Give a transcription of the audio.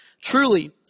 Truly